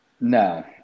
No